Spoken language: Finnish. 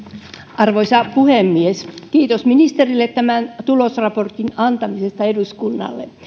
arvoisa puhemies kiitos ministerille tämän tulosraportin antamisesta eduskunnalle